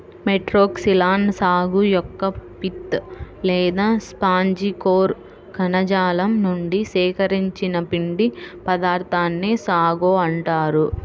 Metroxylon సాగు యొక్క pith లేదా స్పాంజి కోర్ కణజాలం నుండి సేకరించిన పిండి పదార్థాన్నే సాగో అంటారు